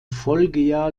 folgejahr